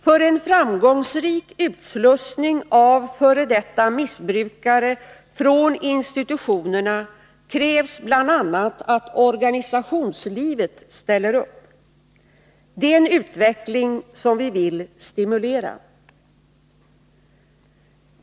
För en framgångsrik utslussning av f. d. missbrukare från institutionerna krävs bl.a. att organisationslivet ställer upp. Det är en utveckling som vi vill stimulera.